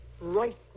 Right